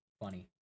funny